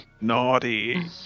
naughty